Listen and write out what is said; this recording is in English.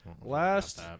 Last